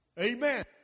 Amen